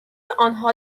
آنها